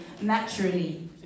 naturally